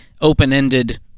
open-ended